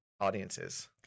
audiences